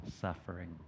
suffering